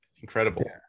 Incredible